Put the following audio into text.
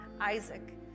Isaac